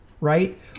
right